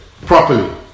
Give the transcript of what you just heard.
properly